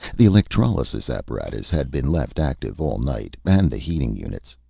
the electrolysis apparatus had been left active all night, and the heating units.